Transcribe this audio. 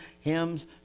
hymns